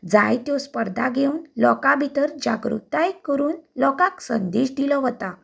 जायत्यो स्पर्धा घेवन लोकां भितर जागृताय करून लोकांक संदेश दिलो वता